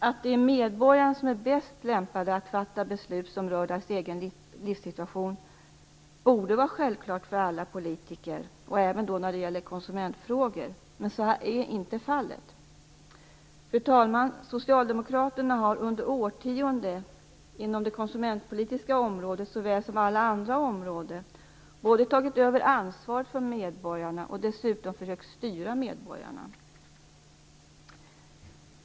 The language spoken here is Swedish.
Att det är medborgarna som är bäst lämpade att fatta beslut som rör deras egen livssituation borde vara självklart för alla politiker, även när det gäller konsumentfrågor. Men så är inte fallet. Fru talman! Socialdemokraterna har under årtionden inom såväl det konsumentpolitiska området som alla andra områden tagit över ansvaret från medborgarna och dessutom försökt styra dem.